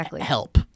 help